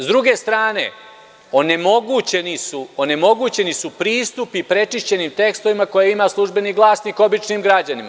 S druge strane, onemogućeni su pristupi prečišćenim tekstovima koje ima „Službeni glasnik“ običnim građanima.